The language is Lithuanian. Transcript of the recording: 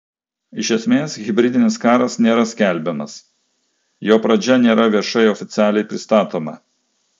iš esmės hibridinis karas nėra skelbiamas jo pradžia nėra viešai oficialiai pristatoma